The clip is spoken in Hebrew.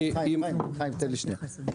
חיים, תן לי שנייה.